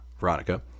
Veronica